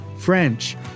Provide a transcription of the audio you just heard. French